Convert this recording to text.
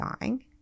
dying